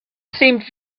seemed